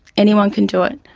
anyone can do it.